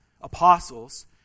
apostles